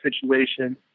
situation